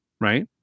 right